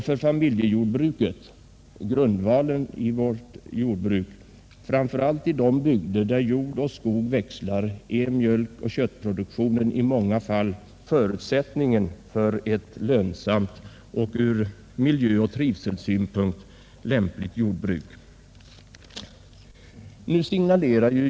För familjejordbruket, grundvalen för vårt jordbruk, framför allt i de bygder där jord och skog växlar, är mjölkoch köttproduktionen i många fall förutsättningen för ett lönsamt och ur miljöoch trivselsynpunkt lämpligt jordbruk.